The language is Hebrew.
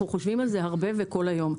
אנחנו חושבים על זה הרבה, וכל היום.